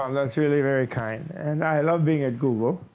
um that's really very kind. and i love being at google.